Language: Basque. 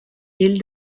hil